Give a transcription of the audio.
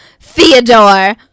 theodore